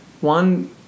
One